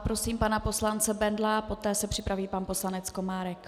Prosím pana poslance Bendla, poté se připraví pan poslanec Komárek.